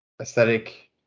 aesthetic